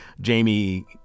Jamie